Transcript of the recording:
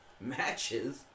matches